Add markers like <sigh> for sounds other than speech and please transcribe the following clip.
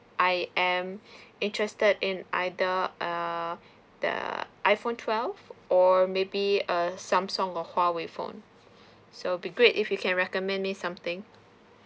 I am <breath> interested in either err the iphone twelve or maybe a samsung or huawei phone so be great if you can recommend me something